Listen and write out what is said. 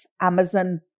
Amazon